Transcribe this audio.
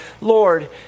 Lord